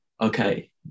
okay